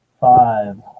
Five